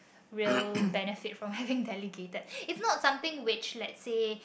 real benefit from having delegated is not something which let say